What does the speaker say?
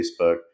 Facebook